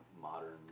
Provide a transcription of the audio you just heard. modern